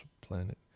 planet